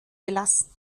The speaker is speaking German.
belassen